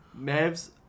Mavs